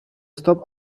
stop